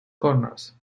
corners